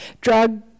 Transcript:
drug